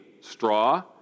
straw